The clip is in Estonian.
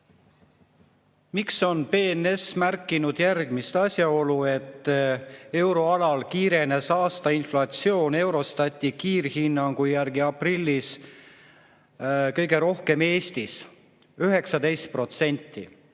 miks on BNS märkinud, et euroalal kiirenes aasta inflatsioon Eurostati kiirhinnangu järgi aprillis kõige rohkem Eestis, 19%?